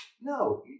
no